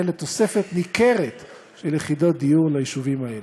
לתוספת ניכרת של יחידות דיור ביישובים האלה.